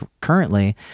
currently